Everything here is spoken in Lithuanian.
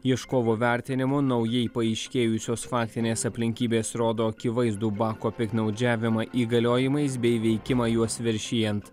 ieškovo vertinimu naujai paaiškėjusios faktinės aplinkybės rodo akivaizdų bako piktnaudžiavimą įgaliojimais bei veikimą juos viršijant